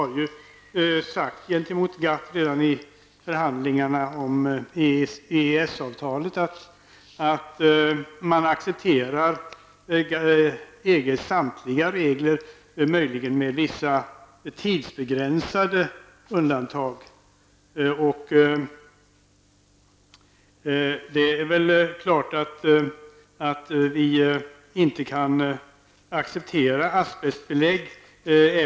Regeringen har ju redan i förhandlingarna om EES-avtalet gentemot GATT sagt att man accepterar EGs samtliga regler, möjligen med vissa tidsbegränsade undantag. Det är väl självklart att vi inte kan acceptera asbestbelägg.